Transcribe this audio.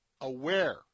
aware